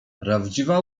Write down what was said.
prawdziwa